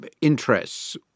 interests